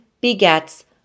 begets